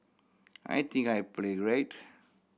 I think I played great